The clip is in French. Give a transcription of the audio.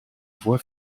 voies